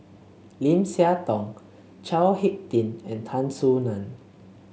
Lim Siah Tong Chao HicK Tin and Tan Soo Nan